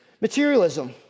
materialism